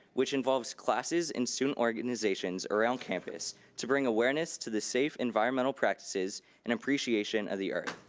which involves classes and student organizations around campus to bring awareness to the safe environmental practices and appreciation of the earth.